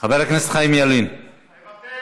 חבר הכנסת חיים ילין, מוותר.